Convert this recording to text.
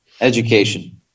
Education